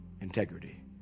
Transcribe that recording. integrity